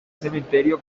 cementerio